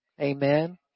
Amen